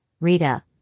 Rita